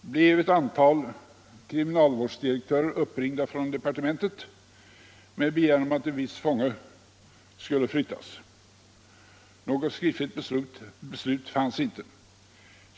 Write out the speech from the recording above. blev ett antal kriminalvårdsdirektörer uppringda från departementet med begäran om att en viss fånge skulle flyttas. Något skriftligt beslut fanns inte.